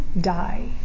die